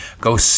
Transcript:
go